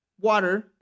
water